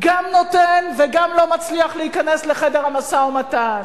גם נותן וגם לא מצליח להיכנס לחדר המשא-ומתן.